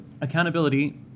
accountability